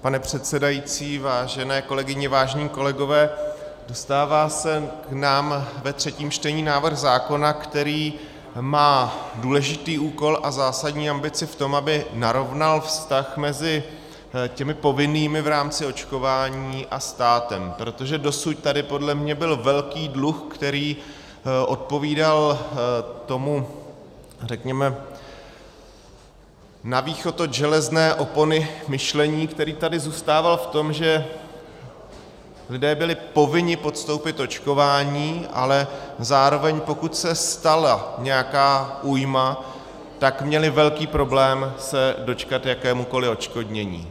Pane předsedající, vážené kolegyně, vážení kolegové, dostává se k nám ve třetím čtení návrh zákona, který má důležitý úkol a zásadní ambici v tom, aby narovnal vztah mezi povinnými v rámci očkování a státem, protože dosud tady podle mě byl velký dluh, který odpovídal tomu řekněme na východ od železné opony myšlení, který tady zůstával v tom, že lidé byli povinni podstoupit očkování, ale zároveň pokud se stala nějaká újma, tak měli velký problém se dočkat jakéhokoliv odškodnění.